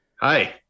Hi